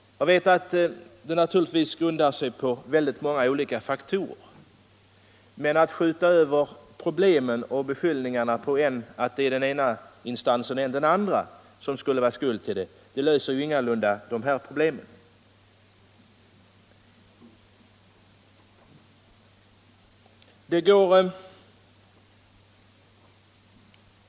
Jag vet att detta naturligtvis grundar sig på många olika faktorer. Men att beskylla än den ena och än den andra instansen för att vara skuld till förhållandena löser ingalunda problemen.